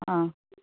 आं